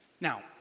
Now